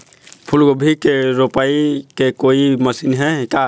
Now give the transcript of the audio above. फूलगोभी के रोपाई के कोई मशीन हे का?